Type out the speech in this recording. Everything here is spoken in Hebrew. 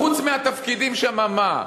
חוץ מהתפקידים שם, מה?